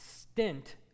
stint